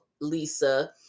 Lisa